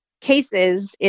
cases